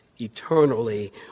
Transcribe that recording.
eternally